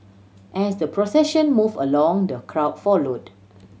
as the procession move along the crowd followed